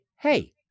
Hey